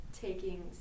taking